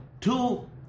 two